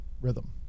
rhythm